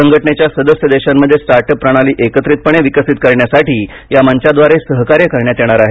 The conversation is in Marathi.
संघटनेच्या सदस्य देशांमध्ये स्टार्ट अप प्रणाली एकत्रितपणे विकसित करण्यासाठी या मंचाद्वारे सहकार्य करण्यात येणार आहे